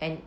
and